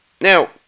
Now